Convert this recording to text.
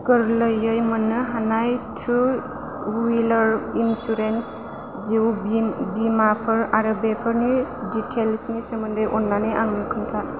गोरलैयै मोन्नो हानाय टु हुइलार इन्सुरेन्स जिउ बिम बीमाफोर आरो बेफोरनि दिटेल्सनि सोमोन्दै अन्नानै आंनो खोनथा